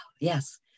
yes